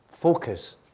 Focus